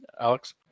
Alex